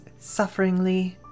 sufferingly